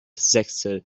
sechstel